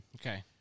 Okay